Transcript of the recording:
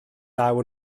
law